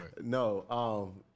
No